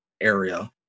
area